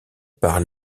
par